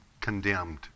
condemned